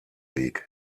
league